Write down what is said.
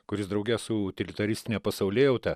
kuris drauge su utilitaristine pasaulėjauta